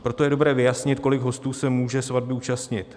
Proto je dobré vyjasnit, kolik hostů se může svatby účastnit.